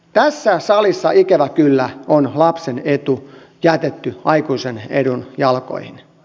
tässä salissa ikävä kyllä on lapsen etu jätetty aikuisen edun jalkoihin